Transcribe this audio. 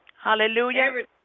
Hallelujah